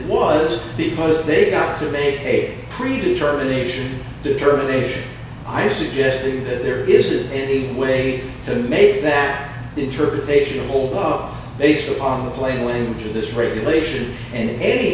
was because they got to make a predetermination determination i suggested that there isn't any way to make that interpretation hold up based upon the plain language of this regulation and any